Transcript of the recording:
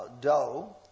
dough